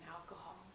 alcohol